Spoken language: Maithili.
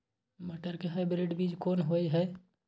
मटर के हाइब्रिड बीज कोन होय है?